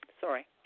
Sorry